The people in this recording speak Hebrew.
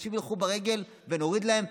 אנשים ילכו ברגל ונוריד להם.